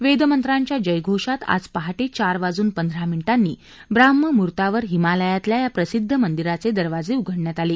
वेदमंत्रांच्या जयघोषात आज पहाटे चार वाजून पंधरा मिनिटांनी ब्राह्म मुहूर्तावर हिमालयातल्या या प्रसिद्ध मंदिराचे दरवाजे उघडण्यात आले